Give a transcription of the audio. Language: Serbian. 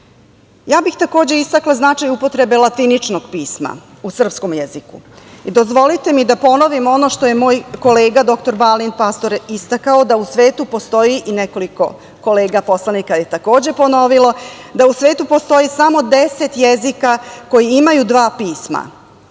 bih takođe istakla značaj upotrebe latiničnog pisma u srpskom jeziku. Dozvolite mi da ponovim ono što je moj kolega, dr Balint Pastor, istakao da u svetu postoji, i nekoliko kolega poslanika je takođe ponovilo, da u svetu postoji samo 10 jezika koji imaju dva pisma.